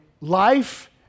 Life